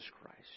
Christ